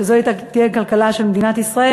שזו תהיה הכלכלה של מדינת ישראל.